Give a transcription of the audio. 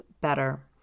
better